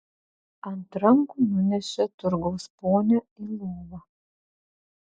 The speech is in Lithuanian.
ant rankų nunešė turgaus ponią į lovą